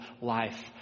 life